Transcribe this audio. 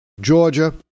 Georgia